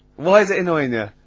why is it annoying yer?